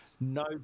no